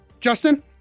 Justin